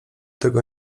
tego